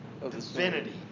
Divinity